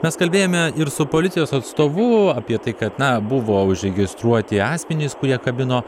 mes kalbėjome ir su policijos atstovu apie tai kad na buvo užregistruoti asmenys kurie kabino